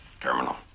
terminal